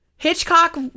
Hitchcock